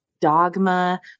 Dogma